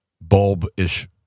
bulb-ish